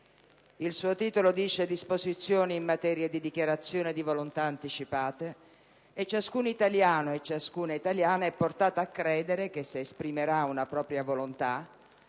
Il suo titolo parla di disposizioni in materia di dichiarazioni di volontà anticipate e ciascun italiano e ciascuna italiana è portata a credere che se esprimerà una propria volontà